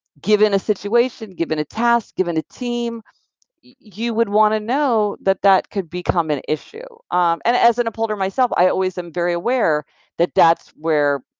given a situation, given a task, given a team you would want to know that that could become an issue, um and as an upholder myself, i always am very aware that that's where.